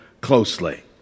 closely